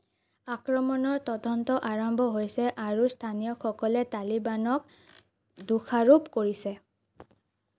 আক্ৰমণৰ তদন্ত আৰম্ভ হৈছে আৰু স্থানীয়কসকলে তালিবানক দোষাৰোপ কৰিছে